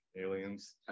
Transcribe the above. aliens